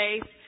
faith